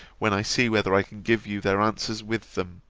when i see whether i can give you their answers with them.